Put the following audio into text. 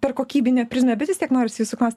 per kokybinę prizmę bet vis tiek norisi jūsų klaust